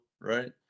right